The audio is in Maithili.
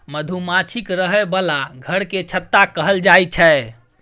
मधुमाछीक रहय बला घर केँ छत्ता कहल जाई छै